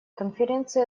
конференции